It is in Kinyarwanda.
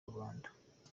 rubanda